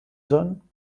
sollen